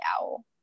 owl